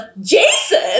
Jason